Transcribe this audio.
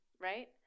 Right